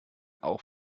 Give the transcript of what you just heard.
auch